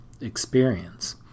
experience